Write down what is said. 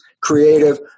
creative